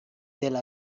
dela